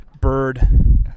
bird